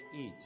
eat